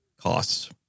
costs